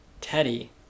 Teddy